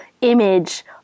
image